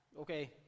Okay